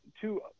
two